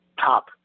top